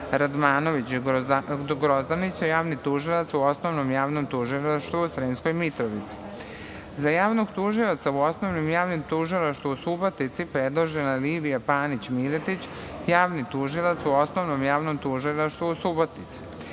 Radmanović Grozdanić, javni tužilac u Osnovnom javnom tužilaštvu u Sremskoj Mitrovici. Za javnog tužioca u Osnovnom javnom tužilaštvu u Subotici predložena je Lidija Panić Miletić, javni tužilac u Osnovnom javnom tužilaštvu u Subotici.